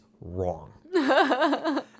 wrong